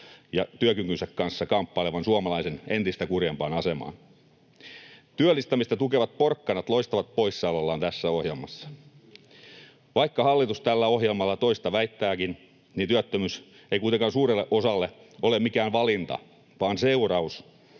ja työkykynsä kanssa kamppailevan suomalaisen entistä kurjempaan asemaan. Työllistämistä tukevat porkkanat loistavat poissaolollaan tässä ohjelmassa. Vaikka hallitus tällä ohjelmalla toista väittääkin, niin työttömyys ei kuitenkaan suurelle osalle ole mikään valinta vaan seuraus